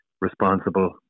responsible